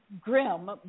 grim